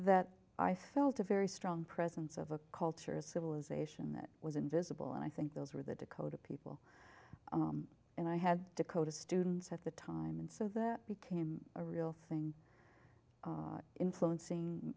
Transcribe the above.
that i felt a very strong presence of a culture a civilization that was invisible and i think those were the dakota people and i had dakota students at the time and so that became a real thing influencing